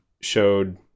showed